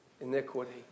iniquity